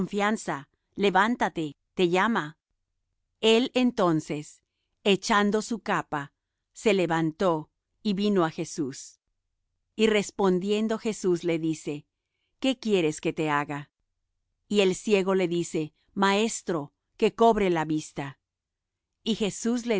levántate te llama el entonces echando su capa se levantó y vino á jesús y respondiendo jesús le dice qué quieres que te haga y el ciego le dice maestro que cobre la vista y jesús